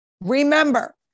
Remember